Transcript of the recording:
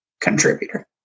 contributor